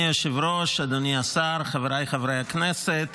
חבר הכנסת